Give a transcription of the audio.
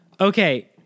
okay